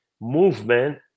movement